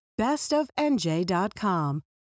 bestofnj.com